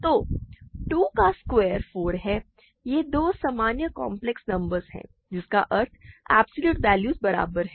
तो 2 का स्क्वायर 4 है ये दो समान काम्प्लेक्स नंबर्स हैं जिसका अर्थ है एब्सॉल्यूट वैल्यूज बराबर हैं